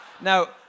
Now